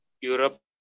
Europe